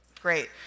Great